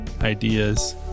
ideas